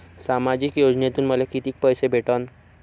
सामाजिक योजनेतून मले कितीक पैसे भेटन?